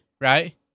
right